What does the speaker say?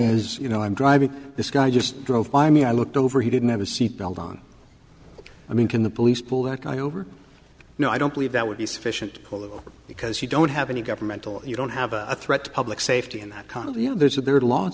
is you know i'm driving this guy just drove by me i looked over he didn't have a seat belt on i mean can the police pull that guy over no i don't believe that would be sufficient to pull that off because you don't have any governmental you don't have a threat to public safety and that kind of you know there's a there are laws